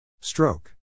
Stroke